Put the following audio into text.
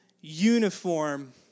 uniform